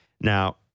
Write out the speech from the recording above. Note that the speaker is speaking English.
Now